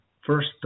first